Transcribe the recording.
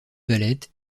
valette